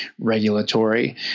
regulatory